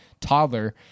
toddler